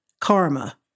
karma